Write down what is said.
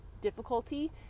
difficulty